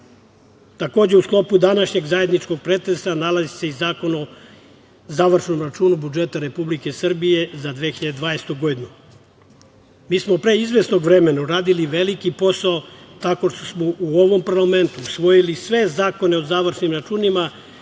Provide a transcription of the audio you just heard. rada. Takođe, u sklopu današnjeg zajedničkog pretresa nalazi se i Zakon o završnom računu budžeta Republike Srbije za 2020. godinu. Mi smo pre izvesnog vremena uradili veliki posao tako što smo u ovom parlamentu usvojili sve zakone o završnim računima